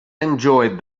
enjoyed